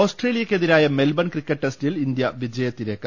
ഓസ്ട്രേലിയക്കെതിരായ Melbourne cricket ടെസ്റ്റിൽ India വിജയ ത്തിലേക്ക്